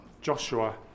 Joshua